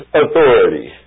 authority